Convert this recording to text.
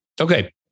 Okay